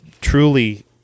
truly